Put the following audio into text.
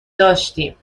داشتیم